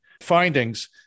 findings